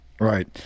Right